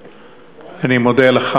אני מודה לך.